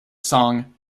song